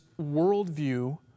worldview